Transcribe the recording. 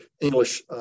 English